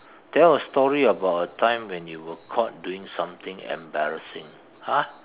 tell a story about a time when you were caught doing something embarrassing !huh!